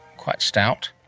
quite stout,